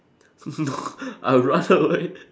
no I run away